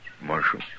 Marshal